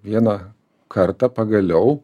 vieną kartą pagaliau